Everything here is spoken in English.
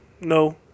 no